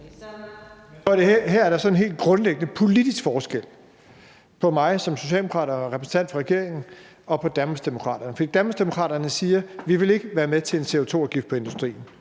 Her er der en sådan helt grundlæggende politisk forskel på mig som socialdemokrat og repræsentant for regeringen og på Danmarksdemokraterne. For Danmarksdemokraterne siger: Vi vil ikke være med til en CO2-afgift på industrien,